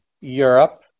Europe